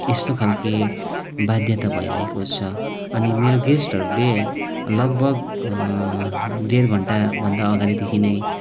यस्तो खालको बाध्यता भइरहेको छ अनि मेरो गेस्टहरूले लगभग डेढ घन्टाभन्दा अगाडिदेखि नै